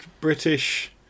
British